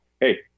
Hey